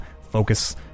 focus